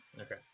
Okay